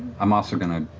i'm also going to